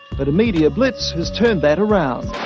but a media blitz has turned that around.